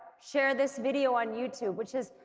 share this video on youtube, which has,